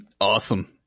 awesome